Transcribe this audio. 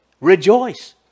Rejoice